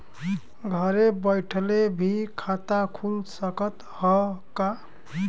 घरे बइठले भी खाता खुल सकत ह का?